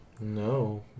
no